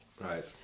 Right